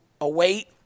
await